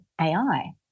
AI